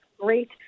great